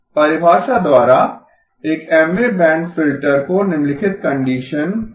परिभाषा द्वारा एक Mवें बैंड फिल्टर को निम्नलिखित कंडीशन को संतुष्ट करना चाहिए